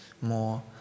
more